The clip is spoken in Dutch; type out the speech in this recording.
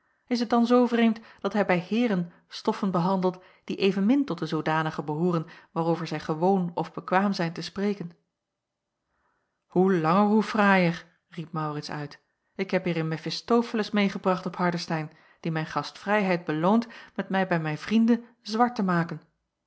is het dan zoo vreemd dat hij bij heeren stoffen behandelt die evenmin tot de zoodanige behooren waarover zij gewoon of bekwaam zijn te spreken hoe langer hoe fraaier riep maurits uit ik heb hier een mefistofeles meêgebragt op hardestein die mijn gastvrijheid beloont met mij bij mijn vrienden zwart te maken